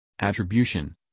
attribution